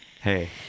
Hey